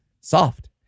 Soft